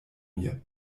mir